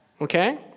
okay